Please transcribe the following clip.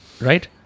Right